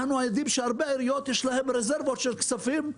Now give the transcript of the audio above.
אנחנו יודעים שלהרבה עיריות יש רזרבות של כספים.